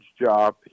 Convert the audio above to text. job